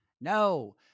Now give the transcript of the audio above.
No